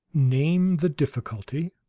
name the difficulty.